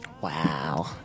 Wow